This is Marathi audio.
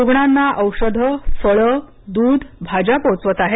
रुग्णांना औषधं फळं दूध भाज्या पोहोचवत आहेत